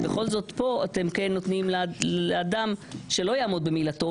ובכל זאת פה אתם כן נותנים לאדם שלא יעמוד במילתו,